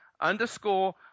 underscore